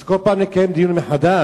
אז כל פעם נקיים דיון מחדש?